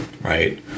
right